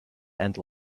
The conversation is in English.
and